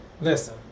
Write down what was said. listen